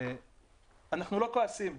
אנחנו לא כועסים,